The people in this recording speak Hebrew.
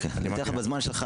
אני מבטיח לך את הזמן שלך,